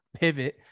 pivot